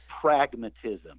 pragmatism